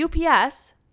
UPS